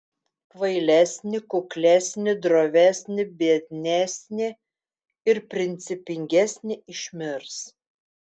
kvailesni kuklesni drovesni biednesni ir principingesni išmirs